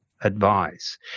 advice